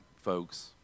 folks